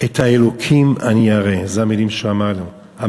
את האלוקים אני ירא, אלה המילים שהוא אמר לי,